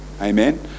Amen